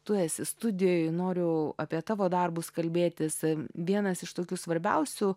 tu esi studijoj noriu apie tavo darbus kalbėtis vienas iš tokių svarbiausių